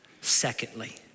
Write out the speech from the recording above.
Secondly